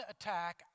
attack